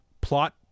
plot